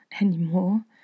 anymore